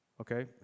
Okay